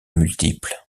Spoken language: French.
multiple